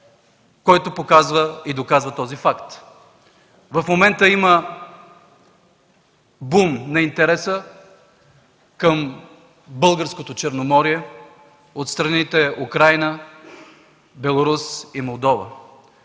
който показа и доказа този факт. В момента има бум на интереса към българското Черноморие от страните Украйна, Беларус и Молдова.